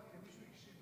ההצעה